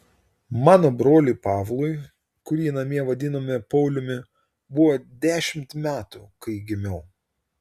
mano broliui pavlui kurį namie vadinome pauliumi buvo dešimt metų kai gimiau